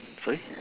sorry